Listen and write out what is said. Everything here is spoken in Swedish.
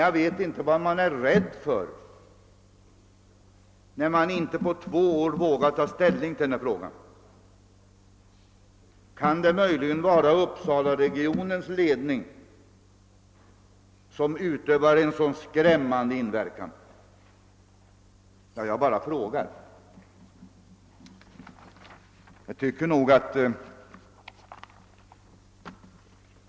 Jag vet inte vad man är rädd för, när man inte på två år vågar ta ställning till denna fråga. Kan det möjligen vara Uppsalaregionens ledning som utövar en så skrämmande inverkan? Jag bara frågar.